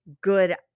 good